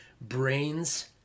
brains